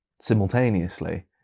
simultaneously